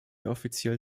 offiziell